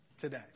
today